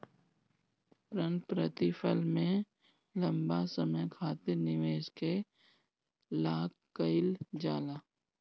पूर्णप्रतिफल में लंबा समय खातिर निवेश के लाक कईल जाला